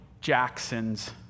Jackson's